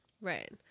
Right